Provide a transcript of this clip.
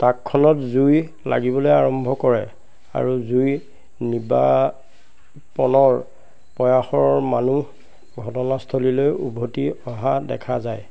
ট্ৰাকখনত জুই লাগিবলৈ আৰম্ভ কৰে আৰু জুই নিৰ্বাপণৰ প্ৰয়াসৰ মানুহ ঘটনাস্থলীলৈ উভতি অহা দেখা যায়